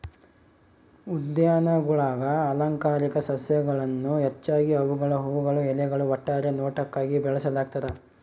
ಉದ್ಯಾನಗುಳಾಗ ಅಲಂಕಾರಿಕ ಸಸ್ಯಗಳನ್ನು ಹೆಚ್ಚಾಗಿ ಅವುಗಳ ಹೂವುಗಳು ಎಲೆಗಳು ಒಟ್ಟಾರೆ ನೋಟಕ್ಕಾಗಿ ಬೆಳೆಸಲಾಗ್ತದ